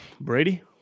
Brady